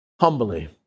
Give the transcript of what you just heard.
Humbly